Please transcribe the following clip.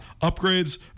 upgrades